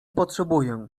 potrzebuję